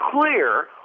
clear